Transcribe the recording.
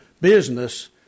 business